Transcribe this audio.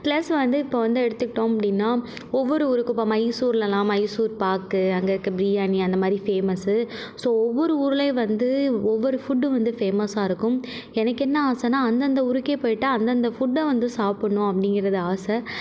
plus வந்து இப்போ வந்து எடுத்துகிட்டோம் அப்படின்னா ஒவ்வொரு ஊருக்கும் இப்போ மைசூர்லலாம் மைசூர் பாக்கு அங்கே இருக்க பிரியாணி அந்த மாதிரி ஃபேமஸ்ஸு ஸோ ஒவ்வொரு ஊரில் வந்து ஒவ்வொரு ஃபுட்டு வந்து ஃபேமஸாக இருக்கும் எனக்கு என்ன ஆசைனா அந்தந்த ஊருக்கே போய்விட்டு அந்தந்த ஃபுட்டை வந்து சாப்புடண்ணும் அப்படிங்கிறது ஆசை